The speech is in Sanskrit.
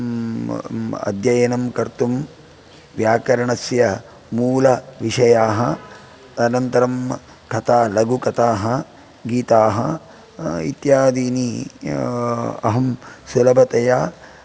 अध्ययनं कर्तुं व्याकरणस्य मूलविषयाः अनन्तरं कथा लघुकथाः गीताः इत्यादीनि अहं सुलभतया